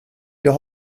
jag